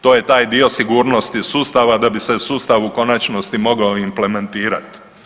To je taj dio sigurnosti sustava da bi se sustav u konačnosti mogao implementirati.